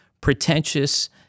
pretentious